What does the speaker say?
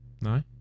No